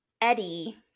Eddie